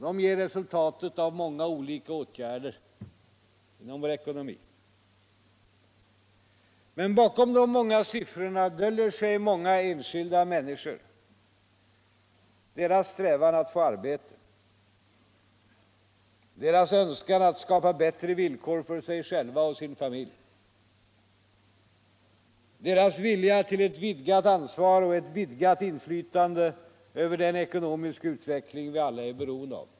De ger resultatet av många olika åtgärder. Men bakom de många siffrorna döljer sig många enskilda människor, deras strävan att få arbete, deras önskan att skapa bättre villkor för sig själva och sin familj, deras vilja till ett vidgat ansvar och ett vidgat inflytande över den ekonomiska utveckling vi alla är beroende av.